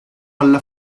alla